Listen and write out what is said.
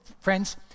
friends